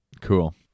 Cool